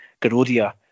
Garodia